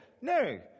no